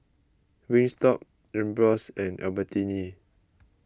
Wingstop Ambros and Albertini